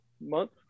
month